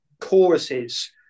choruses